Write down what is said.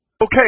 Okay